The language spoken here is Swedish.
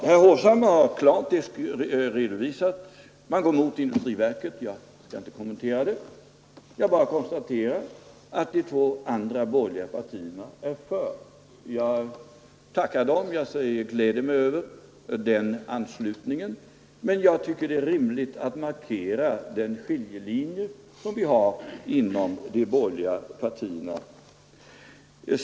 Herr Hovhammar har klart redovisat moderaternas inställning — man går emot industriverket. Jag skall inte kommentera det; jag bara konstaterar att de två andra borgerliga partierna är för förslaget. Jag gläder mig över den inställningen men tycker det är rimligt att markera den skiljelinje som finns mellan de borgerliga partierna.